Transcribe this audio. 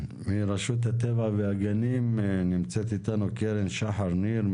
מרשות הטבע והגנים נמצאת איתנו קרן שחר ניר,